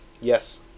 Yes